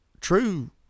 true